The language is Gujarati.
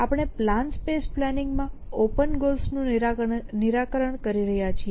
આપણે પ્લાન સ્પેસ પ્લાનિંગ માં ઓપન ગોલ્સનું નિરાકરણ કરી રહ્યા છીએ